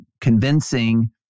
convincing